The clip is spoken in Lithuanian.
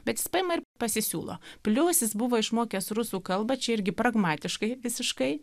bet jis paima ir pasisiūlo plius jis buvo išmokęs rusų kalbą čia irgi pragmatiškai visiškai